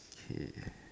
okay